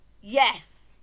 Yes